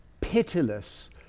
pitiless